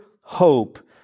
hope